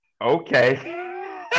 Okay